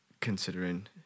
considering